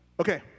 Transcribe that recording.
okay